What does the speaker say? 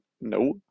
no